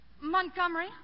Montgomery